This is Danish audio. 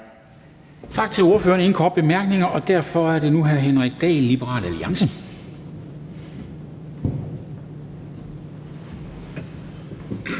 Tak til ordføreren. Ingen korte bemærkninger, og derfor er det nu hr. Henrik Dahl, Liberal Alliance.